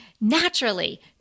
Naturally